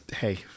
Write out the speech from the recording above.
Hey